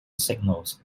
signals